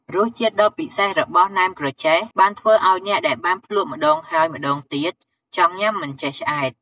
រសជាតិដ៏ពិសេសរបស់ណែមក្រចេះ បានធ្វើឱ្យអ្នកដែលបានភ្លក់ម្ដងហើយម្ដងទៀត ចង់ញ៉ាំមិនចេះឆ្អែត។